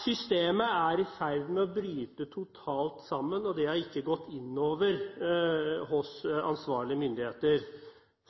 Systemet er i ferd med å bryte totalt sammen, og det har ikke gått inn hos ansvarlige myndigheter.